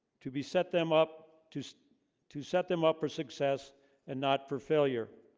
to be set them up to to set them up for success and not for failure